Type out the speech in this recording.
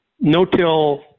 no-till